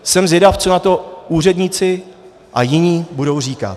Jsem zvědav, co na to úředníci a jiní budou říkat.